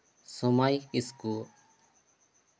ᱥᱳᱢᱟᱭ ᱠᱤᱥᱠᱩ